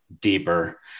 deeper